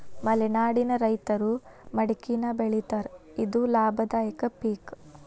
ಮಲೆನಾಡಿನ ರೈತರು ಮಡಕಿನಾ ಬೆಳಿತಾರ ಇದು ಲಾಭದಾಯಕ ಪಿಕ್